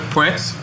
Prince